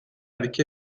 avec